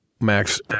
Max